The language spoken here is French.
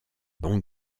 bons